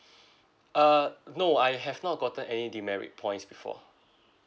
uh no I have not gotten any demerit points before